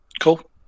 cool